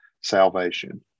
salvation